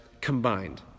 combined